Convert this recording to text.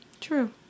True